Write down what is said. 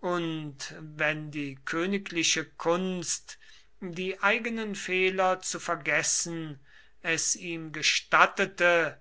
und wenn die königliche kunst die eigenen fehler zu vergessen es ihm gestattete